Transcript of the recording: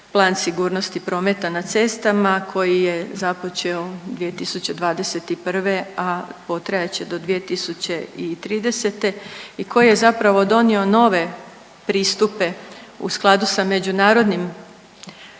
plan sigurnosti prometa na cestama koji je započeo 2021., a potrajat će do 2030. i koji je zapravo donio nove pristupe u skladu sa međunarodnim